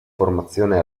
formazione